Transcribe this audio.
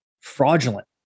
fraudulent